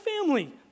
family